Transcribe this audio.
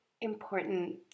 important